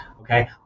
Okay